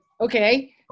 Okay